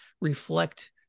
reflect